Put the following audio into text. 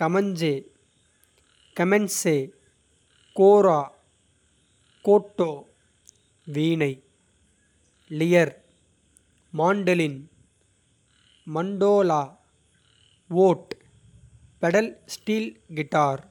Kamancheh kemenche kora. Koto veena lyre mandolin. Mandola oud pedal steel கிட்டார.